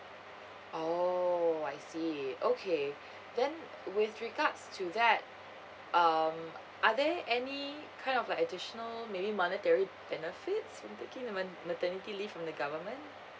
oh I see okay then with regards to that um are there any kind of like additional maybe monetary benefits when taking the ma~ maternity leave from the government